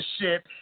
ship